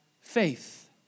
faith